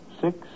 six